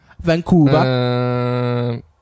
Vancouver